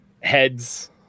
heads